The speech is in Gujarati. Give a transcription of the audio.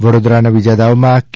વડોદરાના બીજા દાવમાં કે